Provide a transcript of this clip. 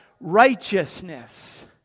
righteousness